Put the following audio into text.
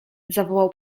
zawołał